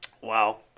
Wow